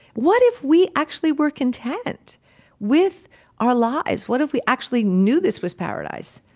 what if we actually were content with our lives? what if we actually knew this was paradise,